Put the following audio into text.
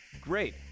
Great